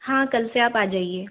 हाँ कल से आप आ जाइए